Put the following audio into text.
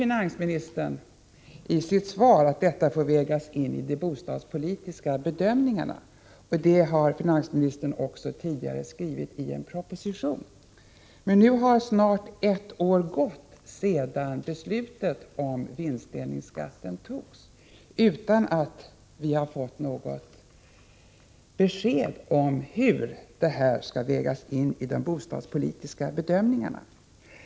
Finansministern säger i sitt svar att detta får vägas in i de bostadspolitiska bedömningarna. Men det har finansministern sagt tidigare i en proposition. Snart har ett år gått sedan beslutet om vinstdelningsskatten fattades, och ännu har vi inte fått något besked om hur det här skall vägas in i de bostadspolitiska bedömningarna.